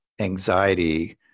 anxiety